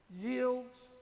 yields